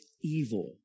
evil